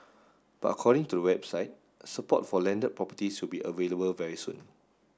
but according to website support for landed properties will be available very soon